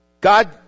God